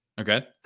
Okay